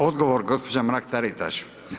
Odgovor gospođa Mrak Taritaš.